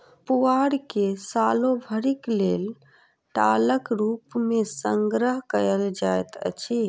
पुआर के सालो भरिक लेल टालक रूप मे संग्रह कयल जाइत अछि